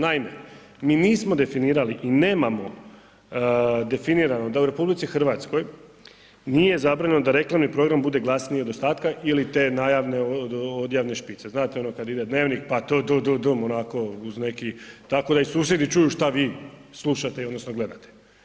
Naime, mi nismo definirali i nemamo definirano da u RH nije zabranjeno da reklamni program bude glasniji od ostatka ili te najavne odjavne špice, znate ono kada ide Dnevnik pa ddddum onako uz neki tako da i susjedi čuju šta vi slušate odnosno šta gledate.